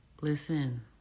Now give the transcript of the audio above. Listen